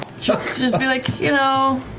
just just be like, you know,